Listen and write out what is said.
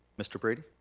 mr. brady.